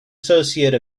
associate